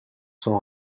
sont